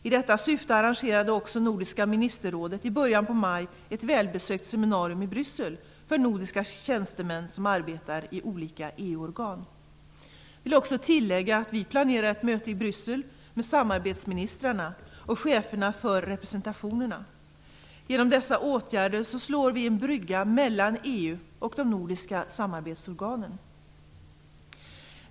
I detta syfte arrangerade också nordiska ministerrådet i början av maj ett välbesökt seminarium i Bryssel för nordiska tjänstemän som arbetar i olika EU-organ. Jag vill också tillägga att vi planerar ett möte i Bryssel med samarbetsministrarna och cheferna för representationerna. Genom dessa åtgärder slår vi en brygga mellan EU och de nordiska samarbetsorganen.